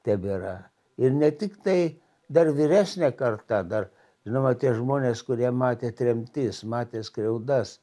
tebėra ir ne tik tai dar vyresnė karta dar žinoma tie žmonės kurie matė tremtis matė skriaudas